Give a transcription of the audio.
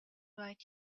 right